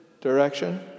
direction